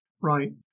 Right